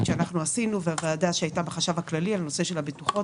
שעשינו והעבודה שהיתה בחשב הכללי בנושא הבטוחות.